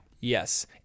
Yes